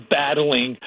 battling